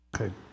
Okay